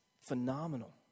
phenomenal